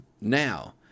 Now